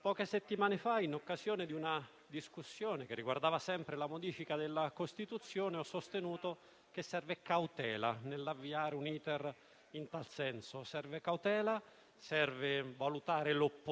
poche settimane fa, in occasione di una discussione che riguardava sempre la modifica della Costituzione, ho sostenuto che serve cautela nell'avviare un *iter* in tal senso. Serve cautela, serve valutare l'opportunità